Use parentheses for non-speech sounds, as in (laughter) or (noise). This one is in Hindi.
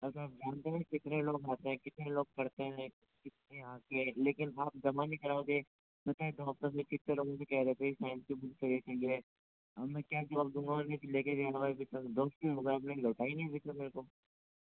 (unintelligible) आप जानते हैं कितने लोग आते हैं कितने लोग पढ़ते हैं (unintelligible) लेकिन आप जमा नहीं कराओगे पता है दो हफ्ते से कितने लोग मुझे कह रहे थे साइंस की बुक चाहिए चाहिए अब मैं क्या जवाब दूँगा उन्हें की लेकर गए यहाँ से दो हफ्ते हो गये आपने लौटाई नहीं अभी तक मेरे को